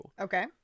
Okay